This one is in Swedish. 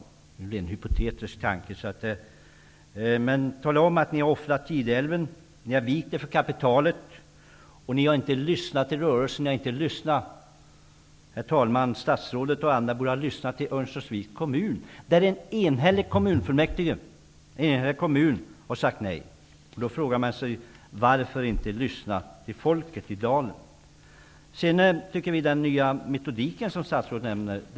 Det är alltså en rent hypotetisk tanke. Men ni kan tala om att ni har offrat Gideälven och vikt er för kapitalet. Ni har inte lyssnat till rörelsen. Herr talman! Statsrådet och andra borde ha lyssnat till Örnsköldsviks kommun, där ett enhälligt kommunfullmäktige, en enig kommun, har sagt nej. Man frågar sig: Varför inte lyssna på folket i dalen? Vi tycker att den nya metodik som statsrådet nämner är bra.